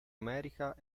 america